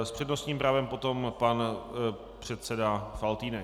S přednostním právem potom pan předseda Faltýnek.